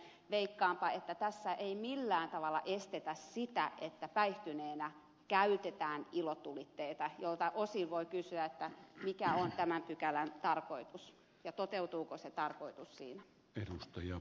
veikkaanpa että tässä ei millään tavalla estetä sitä että päihtyneenä käytetään ilotulitteita miltä osin voi kysyä mikä on tämän pykälän tarkoitus ja toteutuuko se tarkoitus siinä